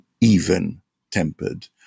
even-tempered